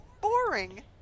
boring